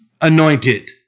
anointed